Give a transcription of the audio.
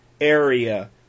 area